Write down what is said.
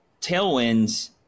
tailwinds